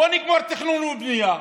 בואו נגמור תכנון ובנייה,